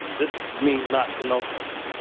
this means not to know something.